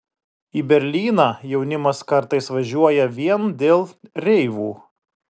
į berlyną jaunimas kartais važiuoja vien dėl reivų